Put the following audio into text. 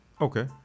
Okay